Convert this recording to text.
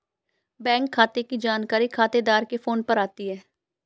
bank खाते की जानकारी खातेदार के फोन पर आती है